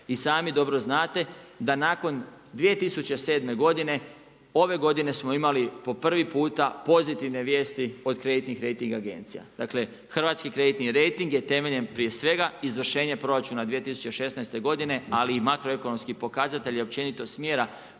i sami dobro znate da nakon 2007. godine, ove godine smo imali po prvi puta pozitivne vijesti od kreditnih rejtinga agencija. Dakle, hrvatski kreditni rejting je temeljem prije svega izvršenje proračuna 2016. ali i makroekonomski pokazatelji općenito smjera